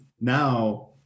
Now